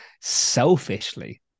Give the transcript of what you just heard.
selfishly